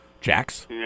Jax